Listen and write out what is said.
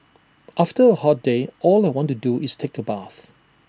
after A hot day all I want to do is take A bath